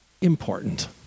important